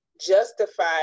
justify